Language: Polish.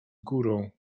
górą